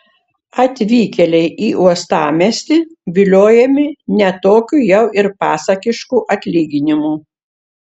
atvykėliai į uostamiestį viliojami ne tokiu jau ir pasakišku atlyginimu